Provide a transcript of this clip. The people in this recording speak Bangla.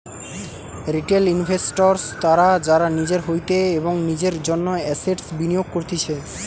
রিটেল ইনভেস্টর্স তারা যারা নিজের হইতে এবং নিজের জন্য এসেটস বিনিয়োগ করতিছে